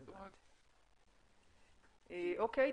אוקיי.